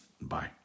Bye